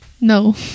No